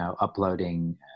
uploading